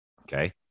Okay